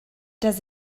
does